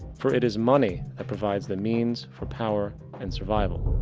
for it is money that provides the means for power and survival.